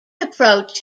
approach